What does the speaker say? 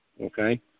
okay